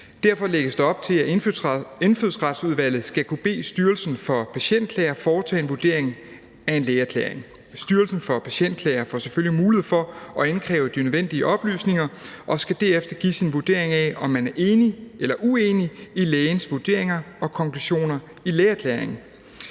Derfor lægges der op til, at Indfødsretsudvalget skal kunne bede Styrelsen for Patientklager foretage en vurdering af en lægeerklæring. Styrelsen for Patientklager får selvfølgelig mulighed for at indkræve de nødvendige oplysninger og skal derefter give sin vurdering af, om man er enig eller uenig i lægens vurderinger og konklusioner i lægeerklæringen.